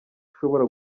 ushobora